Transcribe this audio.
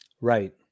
right